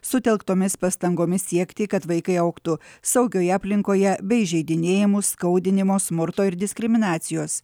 sutelktomis pastangomis siekti kad vaikai augtų saugioje aplinkoje be įžeidinėjimų skaudinimo smurto ir diskriminacijos